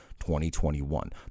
2021